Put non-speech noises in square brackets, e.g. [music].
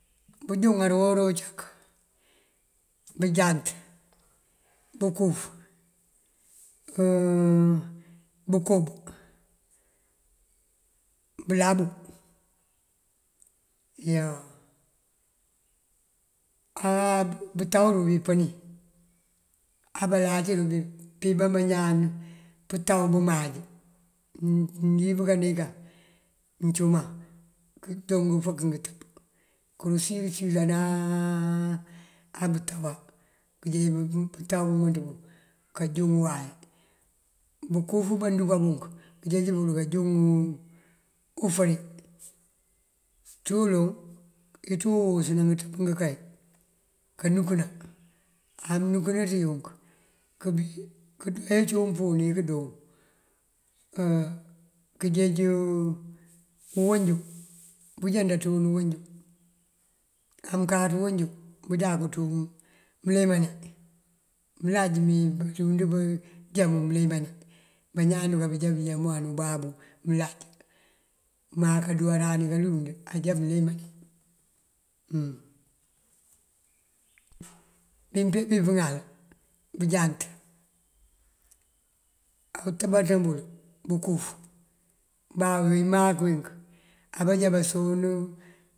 Bunjúŋar uwora uncak bënjant, bënkuf, [hesitation] bënkub, bulabu iyoo. [hesitation] á bëtaw rubí pëni, á balac rubí piban bañaan pëtaw bëmáaj. Mëníb kanekan mëncúman këdo ngëfëk ngëtëb kurëcí círanáa abëtawa. Kënjeej bëtaw bëmënţ bun kanjúŋ uway. Bënkuf bandunka bunk kënjeej bël kanjúŋ ufëri. Tí wuloŋ kënţú uwus ná ngëţëb ngënkay kanunkëna. Amënukënët yunk [hesitation] këbí [hesitation] ee cí umpúun uwí këndoon kënjeej uwënju bunjá ndanţun uwënju. Amënkáţ uwënju bunjáku ţun mëlemane mëláaj mí balund já mun mëlemane. Bañaan dunkee jank já nuwan ubabú mëláaj má kanduwarani kalund ajá mëlemane hum. Bí peembí pëŋal bënjant abëtëmbanţin bël bënkuf, má wí mëmáak wink abanjá bason.